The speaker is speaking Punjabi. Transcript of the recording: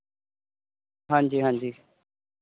ਹਾਂਜੀ ਹਾਂਜੀ